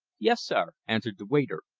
yes, sir, answered the waiter,